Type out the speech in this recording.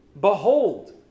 Behold